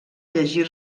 llegir